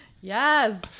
Yes